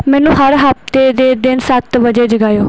ਮੈਨੂੰ ਹਰ ਹਫਤੇ ਦੇ ਦਿਨ ਸੱਤ ਵਜੇ ਜਗਾਇਓ